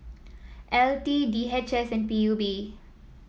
L T D H S and P U B